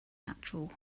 natural